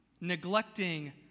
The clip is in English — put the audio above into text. neglecting